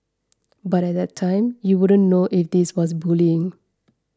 but at that time you wouldn't know if this was bullying